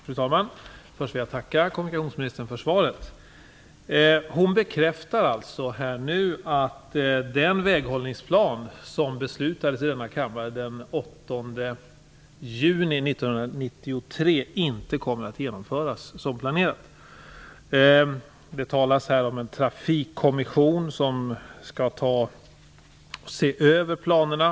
Fru talman! Först vill jag tacka kommunikationsministern för svaret. Hon bekräftar alltså nu att den väghållningsplan som beslutades i denna kammare den 8 juni 1993 inte kommer att genomföras som planerat. Det talas här om en trafikkommission som skall se över planerna.